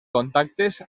contactes